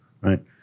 Right